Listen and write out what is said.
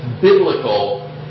biblical